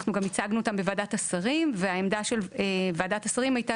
אנחנו הצגנו אותם בוועדת השרים והעמדה של ועדת השרים הייתה